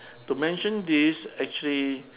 to mention this actually